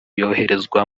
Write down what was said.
yoherezwa